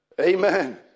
Amen